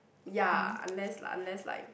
ya unless like unless like